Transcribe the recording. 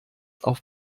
auf